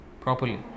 properly